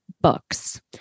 books